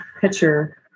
picture